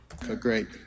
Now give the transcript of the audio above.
great